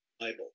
Bible